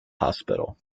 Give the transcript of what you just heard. hospital